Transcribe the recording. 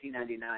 1999